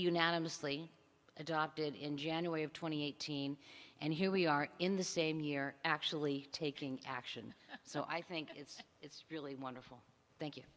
unanimously adopted in january of two thousand and eighteen and here we are in the same year actually taking action so i think it's it's really wonderful thank you